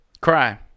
Cry